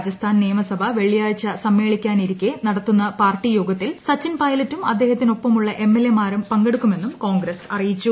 രാജസ്ഥാൻ നിയമസഭ വെള്ളിയാഴ്ച സമ്മേളിക്കാനിരിക്കെ നട്ടത്തുന്ന പാർട്ടി യോഗത്തിൽ സച്ചിൻ പൈലറ്റും അദ്ദേഹത്തിനൊപ്പമുള്ള എംഎൽഎമാരും പങ്കെടുക്കുമെന്നും കോൺഗ്രസ് അറിയിച്ചു